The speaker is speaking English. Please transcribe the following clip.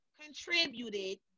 contributed